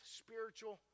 spiritual